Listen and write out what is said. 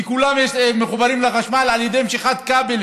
כי כולם מחוברים לחשמל על ידי משיכת כבלים